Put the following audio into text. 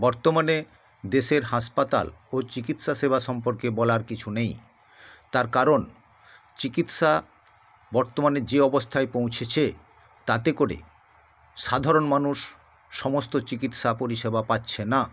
বর্তমানে দেশের হাসপাতাল ও চিকিৎসা সেবা সম্পর্কে বলার কিছু নেই তার কারণ চিকিৎসা বর্তমানে যে অবস্থায় পৌঁছেছে তাতে করে সাধারণ মানুষ সমস্ত চিকিৎসা পরিষেবা পাচ্ছে না